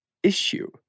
issue